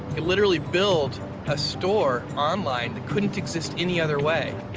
literally build a store online that couldn't exist any other way.